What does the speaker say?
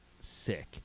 sick